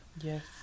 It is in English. Yes